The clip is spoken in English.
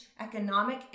economic